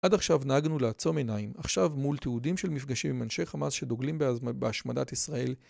עד עכשיו נהגנו לעצום עיניים, עכשיו מול תיעודים של מפגשים עם אנשי חמאס שדוגלים בהשמדת ישראל